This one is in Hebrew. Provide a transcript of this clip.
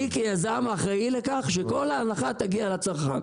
אני כיזם אחראי לכך שכל ההנחה תגיע לצרכן.